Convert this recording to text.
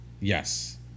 Yes